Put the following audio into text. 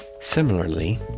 Similarly